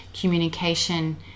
communication